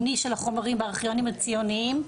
חילוניים,